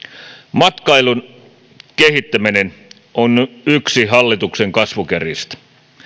matkailun kehittäminen on yksi hallituksen kasvukärjistä